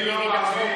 הרי המדינה,